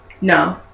No